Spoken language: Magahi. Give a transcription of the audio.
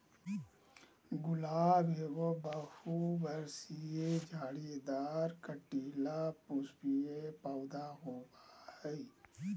गुलाब एगो बहुवर्षीय, झाड़ीदार, कंटीला, पुष्पीय पौधा होबा हइ